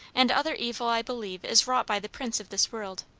and other evil i believe is wrought by the prince of this world.